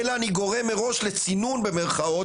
אלא אני גורם מראש "לצינון" במירכאות